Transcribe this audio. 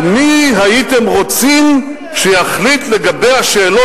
ומי הייתם רוצים שיחליט לגבי השאלות